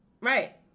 Right